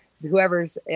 whoever's